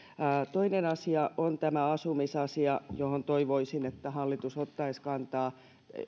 toinen asia on tämä asumisasia johon toivoisin että hallitus ottaisi kantaa